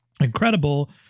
incredible